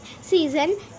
season